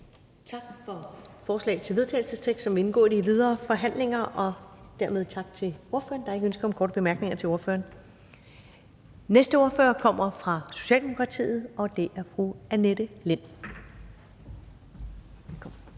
Tak for forslag til vedtagelses-teksten, som vil indgå i de videre forhandlinger, og dermed tak til ordføreren. Der er ikke ønske om korte bemærkninger til ordføreren. Den næste ordfører kommer fra Socialdemokratiet, og det er fru Annette Lind.